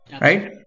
Right